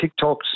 TikToks